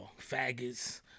faggots